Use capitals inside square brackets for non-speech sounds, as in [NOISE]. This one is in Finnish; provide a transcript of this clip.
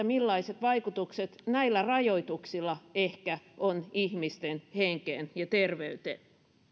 [UNINTELLIGIBLE] millaiset vaikutukset näillä rajoituksilla ehkä on ihmisten henkeen ja terveyteen